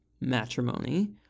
Matrimony